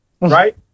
Right